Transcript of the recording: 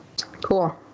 Cool